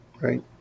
right